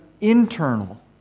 internal